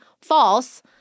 false